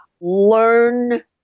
learn